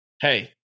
hey